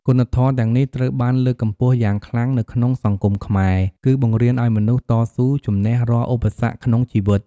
គុណធម៌ទាំងនេះត្រូវបានលើកកម្ពស់យ៉ាងខ្លាំងនៅក្នុងសង្គមខ្មែរ គឺបង្រៀនឱ្យមនុស្សតស៊ូជំនះរាល់ឧបសគ្គក្នុងជីវិត។